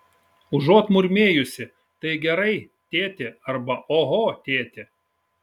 užuot murmėjusi tai gerai tėti arba oho tėti